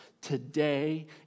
today